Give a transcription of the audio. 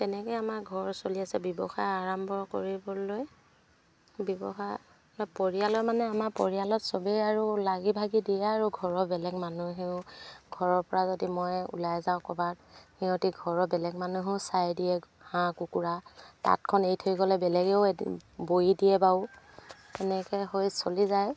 তেনেকৈ আমাৰ ঘৰ চলি আছে ব্যৱসায় আৰম্ভ কৰিবলৈ ব্যৱসায় পৰিয়ালৰ মানে আমাৰ পৰিয়ালত চবেই আৰু লাগি ভাগি দিয়ে আৰু ঘৰৰ বেলেগ মানুহেও ঘৰৰ পৰা যদি মই ওলাই যাওঁ ক'বাত সিহঁতি ঘৰৰ বেলেগ মানুহেও চাই দিয়ে হাঁহ কুকুৰা তাঁতখন এৰি থৈ গ'লে বেলেগেও বৈ দিয়ে বাৰু এনেকৈ হৈ চলি যায়